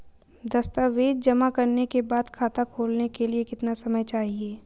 दस्तावेज़ जमा करने के बाद खाता खोलने के लिए कितना समय चाहिए?